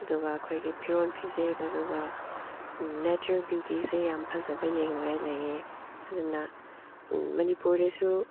ꯑꯗꯨꯒ ꯑꯩꯈꯣꯏꯒꯤ ꯐꯤꯔꯣꯜ ꯐꯤꯖꯦꯠ ꯑꯗꯨꯒ ꯅꯦꯆꯔ ꯕ꯭ꯌꯨꯇꯤꯁꯦ ꯌꯥꯝ ꯐꯖꯕ ꯌꯦꯡꯅꯉꯥꯏ ꯂꯩꯌꯦ ꯑꯗꯨꯅ ꯃꯅꯤꯄꯨꯔꯤꯁꯨ